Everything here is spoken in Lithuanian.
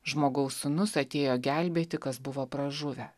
žmogaus sūnus atėjo gelbėti kas buvo pražuvę